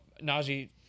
Nazi